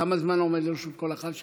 כמה זמן עומד לרשות כל אחד?